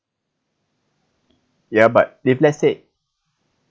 ya but if let's say